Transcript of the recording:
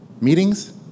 Meetings